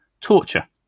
torture